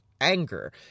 anger